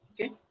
okay